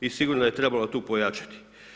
I sigurno da je trebalo tu pojačati.